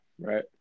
right